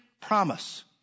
promise